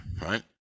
Right